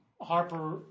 Harper